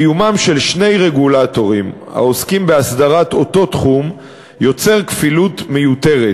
קיומם של שני רגולטורים העוסקים באסדרת אותו תחום יוצר כפילות מיותרת,